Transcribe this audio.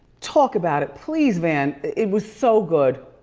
talk about it, please van. it was so good.